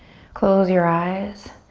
close your eyes.